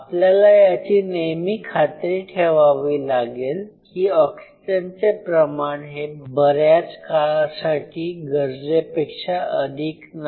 आपल्याला याची नेहमी खात्री ठेवावी लागेल की ऑक्सिजनचे प्रमाण हे बऱ्याच काळासाठी गरजेपेक्षा अधिक नाही